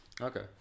okay